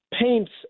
paints